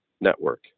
network